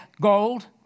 gold